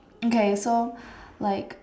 okay so like